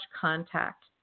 contact